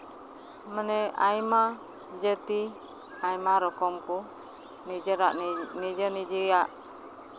ᱢᱟᱱᱮ ᱟᱭᱢᱟ ᱡᱟᱹᱛᱤ ᱟᱭᱢᱟ ᱨᱚᱠᱚᱢ ᱠᱚ ᱱᱤᱡᱮᱨᱟᱜ ᱱᱤᱡᱮ ᱱᱤᱡᱮᱭᱟᱜ